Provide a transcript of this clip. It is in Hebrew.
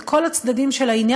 את כל הצדדים של העניין,